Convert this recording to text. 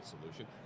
solution